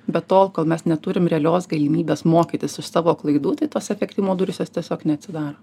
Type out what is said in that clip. be tol kol mes neturim realios galimybės mokytis iš savo klaidų tai tos efektyvumo durys jos tiesiog neatsidaro